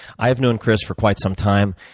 i have known chris for quite some time,